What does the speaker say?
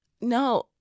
no